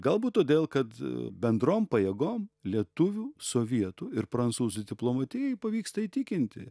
galbūt todėl kad bendrom pajėgom lietuvių sovietų ir prancūzų diplomatijai pavyksta įtikinti